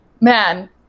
man